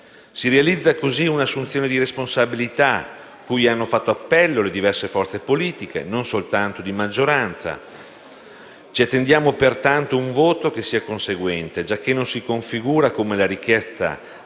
Si realizza così un'assunzione di responsabilità cui hanno fatto appello le diverse forze politiche, non soltanto di maggioranza. Ci attendiamo, pertanto, un voto che sia conseguente, giacché la misura si configura non come la richiesta di